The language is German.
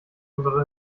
unsere